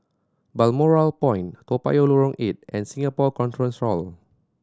Balmoral Point Toa Payoh Lorong Eight and Singapore Conference Hall